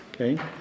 okay